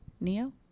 Neo